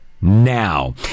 now